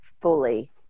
fully